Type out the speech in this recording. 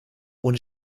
ohne